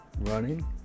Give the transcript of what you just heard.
running